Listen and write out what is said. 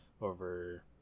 over